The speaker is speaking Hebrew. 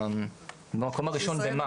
במקום הראשון במה?